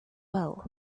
well